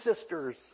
sisters